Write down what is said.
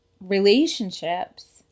relationships